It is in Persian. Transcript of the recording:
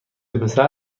پسر